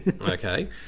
Okay